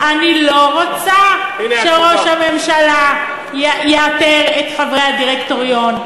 אני לא רוצה שראש הממשלה יאתר את חברי הדירקטוריון,